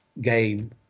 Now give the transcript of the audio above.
game